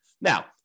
Now